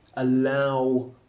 allow